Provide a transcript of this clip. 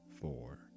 four